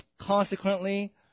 Consequently